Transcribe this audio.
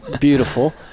beautiful